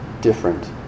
different